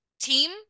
Team